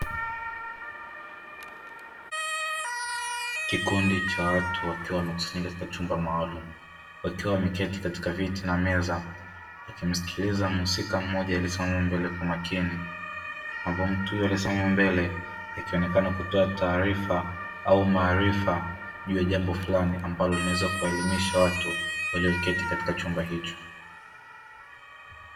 Kikundi cha watu wakiwa wamekusanyika katika chumba maalumu, wakiwa wameketi katika viti na meza wakimsikiliza mhusika mmoja aliyesimama mbele kwa makini. Ambaye mtu huyo aliyesimama mbele akionekana kutoa taarifa au maarifa juu ya jambo fulani ambalo linaweza kuwaelimisha watu walioketi katika chumba hicho.